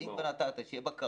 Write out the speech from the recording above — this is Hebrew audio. אם כבר נתת, שתהיה בקרה.